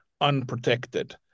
unprotected